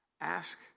Ask